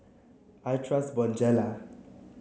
I trust Bonjela